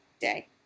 day